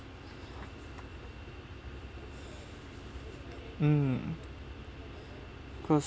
mm close